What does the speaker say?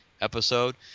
episode